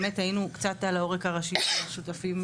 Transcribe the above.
באמת היינו קצת על העורך הראשי של השותפים